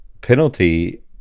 penalty